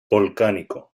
volcánico